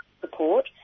support